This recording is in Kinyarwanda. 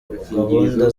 gahunda